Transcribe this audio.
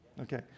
Okay